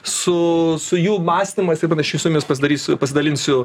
su su jų mąstymas ir panašiai su jumis pasidarysiu pasidalinsiu